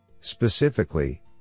Specifically